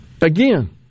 Again